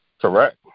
Correct